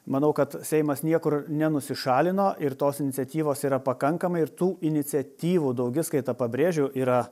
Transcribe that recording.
manau kad seimas niekur nenusišalino ir tos iniciatyvos yra pakankama ir tų iniciatyvų daugiskaita pabrėžiu yra